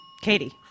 Katie